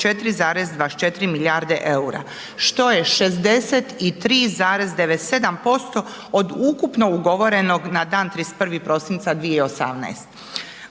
4,24 milijarde EUR-a što je 63,97% od ukupno ugovorenog na dan 31. prosinca 2018.